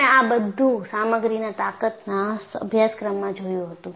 તમે આ બધું સામગ્રીના તાકતાના અભ્યાસ્ક્ર્મમાં જોયું હતું